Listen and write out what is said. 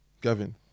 Gavin